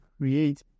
create